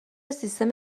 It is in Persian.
سیستم